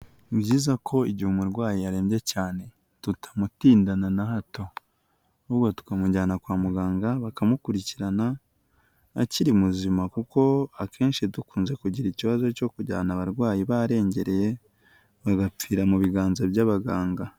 Ni byiza ko igihe umurwayi yarembye cyane tutamutindana na hato, tukamujyana kwa muganga bakamukurikirana akiri muzima kuko akenshi dukunze kugira ikibazo cyo kujyana abarwayi barengereye, bagapfira mu biganza by'abaganga.